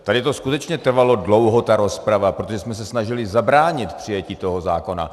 Tady to skutečně trvalo dlouho, ta rozprava, protože jsme se snažili zabránit přijetí toho zákona.